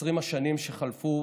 20 השנים שחלפו